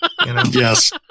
Yes